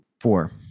four